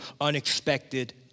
unexpected